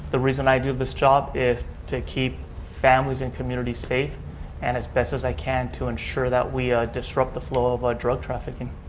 the reason i do this job is to keep families and communities safe and as best as i can to ensure that we disrupt the flow of drug trafficking.